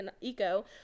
Eco